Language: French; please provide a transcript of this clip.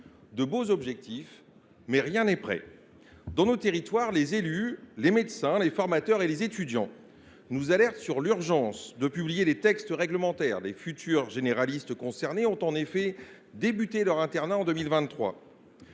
de beaux objectifs, mais rien n’est prêt ! Dans nos territoires, les élus, les médecins, les formateurs et les étudiants nous alertent sur l’urgence de publier les textes réglementaires. Les futurs généralistes concernés ont en effet débuté leur internat en 2023.